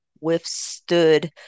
withstood